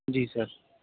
جی سر